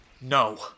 No